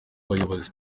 bayobozi